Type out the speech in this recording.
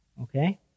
Okay